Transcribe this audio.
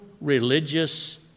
religious